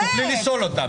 תוכלי לשאול את השאלות.